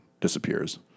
disappears